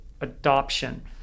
adoption